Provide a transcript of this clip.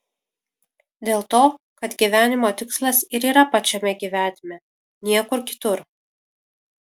dėl to kad gyvenimo tikslas ir yra pačiame gyvenime niekur kitur